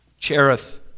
Cherith